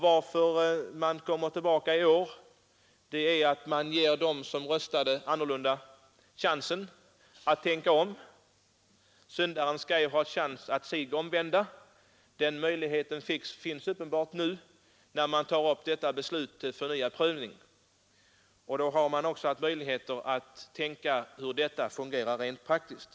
Vi kommer tillbaka i år för att ge dem som röstade annorlunda ett tillfälle att tänka om. Syndaren skall ju ha en chans att sig omvända. Den möjligheten finns uppenbart nu, när vi tar upp fjolårets beslut till förnyad prövning. Nu har man också haft möjlighet att tänka på hur det hela fungerar rent praktiskt.